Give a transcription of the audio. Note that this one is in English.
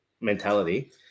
mentality